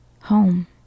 home